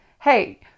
hey